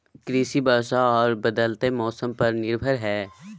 कृषि वर्षा आर बदलयत मौसम पर निर्भर हय